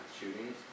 shootings